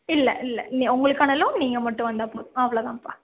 இல்லை இல்லை இல்லை உங்களுக்கான லோன் நீங்கள் மட்டும் வந்தால் போதும் அவ்வளோதான்பா